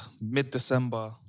mid-December